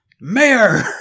Mayor